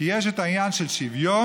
כי יש העניין של שוויון,